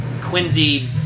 Quincy